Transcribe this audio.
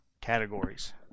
categories